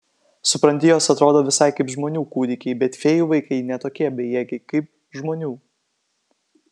supranti jos atrodo visai kaip žmonių kūdikiai bet fėjų vaikai ne tokie bejėgiai kaip žmonių